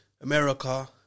America